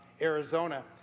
Arizona